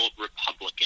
Republican